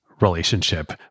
relationship